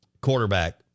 quarterback